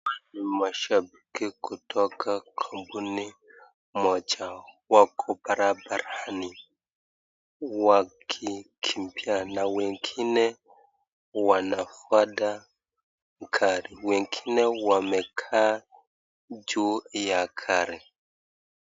Mashabiki kutoka kumbuni mmoja wako barabarani wakikimbiana wengine wanafuata gari. Wengine wamekaa juu ya gari.